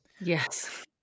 Yes